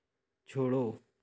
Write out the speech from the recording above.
छोड़ो